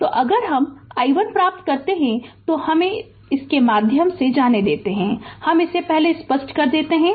तो अगर हम i1 प्राप्त करते है तो हमे इसके माध्यम से जाने देते है हम इसे पहले स्पष्ट कर देते है